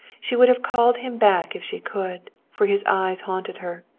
she would have called him back if she could, for his eyes haunted her.